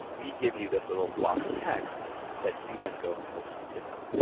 we give you this little block of text that you then go and post on github.